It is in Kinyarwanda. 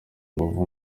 ingufu